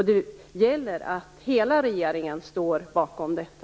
Det gäller att hela regeringen står bakom detta.